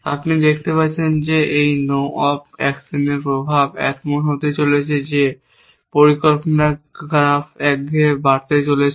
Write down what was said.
আপনি দেখতে পাচ্ছেন যে এই নো অপ অ্যাকশনের প্রভাব এমন হতে চলেছে যে পরিকল্পনার গ্রাফ একঘেয়েভাবে বাড়তে চলেছে